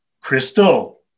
Crystal